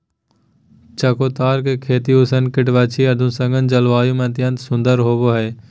चकोतरा के खेती उपोष्ण कटिबंधीय, अर्धशुष्क जलवायु में अत्यंत सुंदर होवई हई